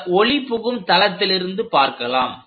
இந்த ஒளிபுகும் தளத்திலிருந்து பார்க்கலாம்